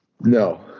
No